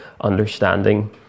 understanding